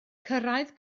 cyrraedd